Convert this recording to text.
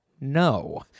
no